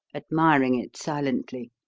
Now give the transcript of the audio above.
admiring it silently.